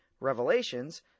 revelations